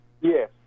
yes